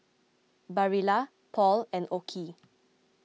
Barilla Paul and Oki